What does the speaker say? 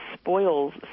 spoils